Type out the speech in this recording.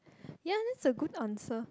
ya that's a good answer